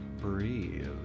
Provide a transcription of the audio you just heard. Breathe